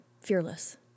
fearless